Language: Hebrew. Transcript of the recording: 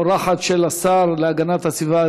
אורחת של השר להגנת הסביבה,